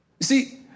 see